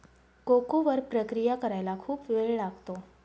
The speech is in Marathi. कोको वर प्रक्रिया करायला खूप वेळ लागतो